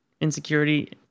insecurity